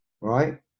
right